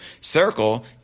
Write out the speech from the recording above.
Circle